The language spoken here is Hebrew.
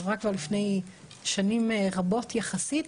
שעברה כבר לפני שנים רבות יחסית,